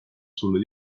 sulle